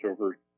over